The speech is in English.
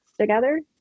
together